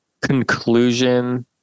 conclusion